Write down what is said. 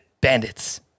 Bandits